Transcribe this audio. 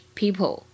people